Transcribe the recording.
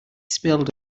spilled